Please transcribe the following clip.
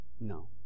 No